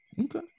okay